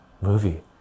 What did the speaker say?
movie